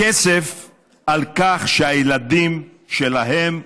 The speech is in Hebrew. כסף על כך שהילדים שלהם,